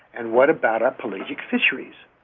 and what about our pelagic fisheries?